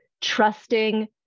Trusting